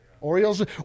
Orioles